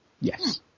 Yes